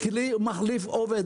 הכלי מחליף את העובד,